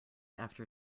after